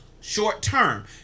short-term